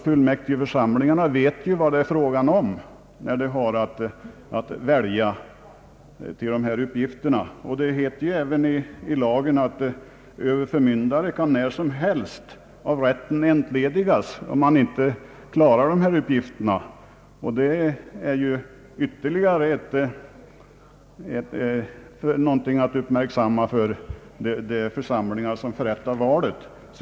Fullmäktigeförsamlingarna vet vad det är fråga om, när de har att välja innehavare av dessa uppgifter. Det heter ju i lagen att överförmyndare när som helst kan entledigas av rätten om han inte behärskar uppgiften. Detta är ytterligare något att uppmärksamma för de församlingar som förrättar valet.